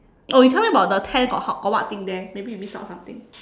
oh you tell me about the tent got how got what thing there maybe we miss out something